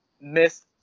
miss